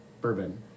bourbon